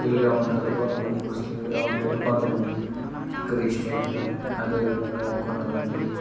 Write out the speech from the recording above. హిందవులుగా ఉంటారు కొంతమంది ముస్లింలుగా ఉంటారు కొంతమంది క్రిస్టియన్స్గా అదే విధంగా కొంతమంది